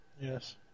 Yes